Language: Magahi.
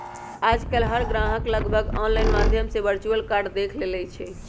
आजकल हर ग्राहक लगभग ऑनलाइन माध्यम से वर्चुअल कार्ड देख लेई छई